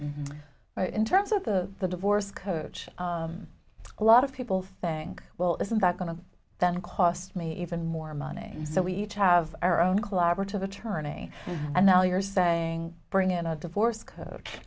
well in terms of the divorce coach a lot of people think well isn't that going to then cost me even more money so we each have our own collaborative attorney and now you're saying bring in a divorce coach